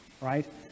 right